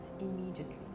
immediately